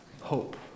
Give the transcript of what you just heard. Hope